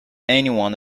anyone